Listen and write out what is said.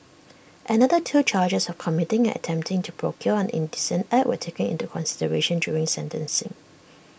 another two charges of committing and attempting to procure an indecent act were taken into consideration during sentencing